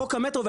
חוק המטרו,